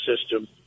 system